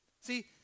See